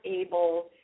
able